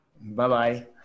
Bye-bye